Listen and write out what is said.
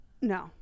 no